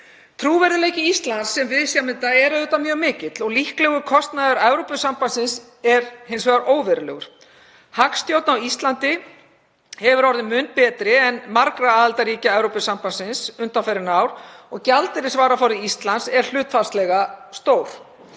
Trúverðugleiki Íslands sem viðsemjanda er mjög mikill og líklegur kostnaður Evrópusambandsins óverulegur. Hagstjórn á Íslandi hefur verið mun betri en margra aðildarríkja Evrópusambandsins undanfarin ár og gjaldeyrisvaraforði Íslands er hlutfallslega stór.